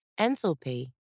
Enthalpy